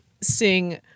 sing